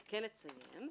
אציין,